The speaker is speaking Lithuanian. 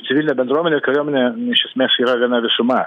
civilinė bendruomenė kariuomenė iš esmės yra viena visuma